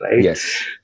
Yes